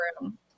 room